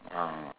ah